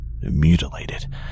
Mutilated